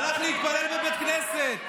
הוא הלך להתפלל בבית כנסת.